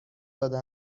داده